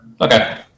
Okay